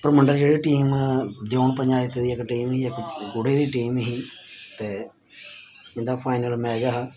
परमंडल जेह्ड़ी टीम दे हून पंचायत दी इक टीम ही इक कुड़ी दी टीम ही ते इंदा फाइनल मैच हा